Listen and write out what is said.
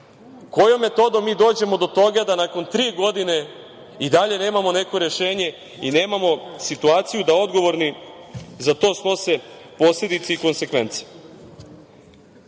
Kojom metodom mi dođemo do toga da nakon tri godine i dalje nemamo neko rešenje i nemamo situaciju da odgovorni za to snose posledice i konsekvence.